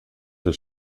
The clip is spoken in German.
der